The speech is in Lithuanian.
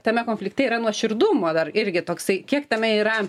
tame konflikte yra nuoširdumo dar irgi toksai kiek tame yra